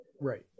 Right